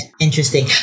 Interesting